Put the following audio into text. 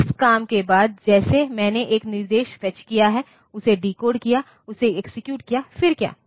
तो इस काम के बाद जैसे मैंने एक निर्देश फेज किया है उसे डिकोड किया उसे एक्सेक्यूट किया फिर क्या